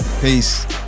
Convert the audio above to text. peace